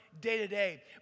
day-to-day